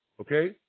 Okay